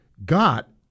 got